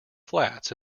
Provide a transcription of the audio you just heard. flats